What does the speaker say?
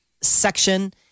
section